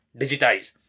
digitize